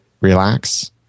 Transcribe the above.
relax